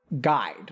guide